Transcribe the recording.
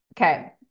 Okay